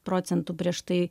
procentų prieš tai